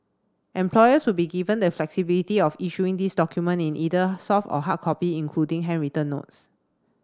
employers will be given the flexibility of issuing these document in either soft or hard copy including handwritten notes